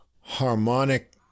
harmonic